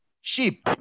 sheep